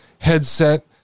headset